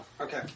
Okay